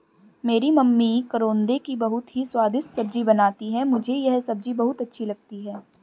मेरी मम्मी करौंदे की बहुत ही स्वादिष्ट सब्जी बनाती हैं मुझे यह सब्जी बहुत अच्छी लगती है